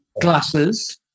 glasses